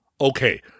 okay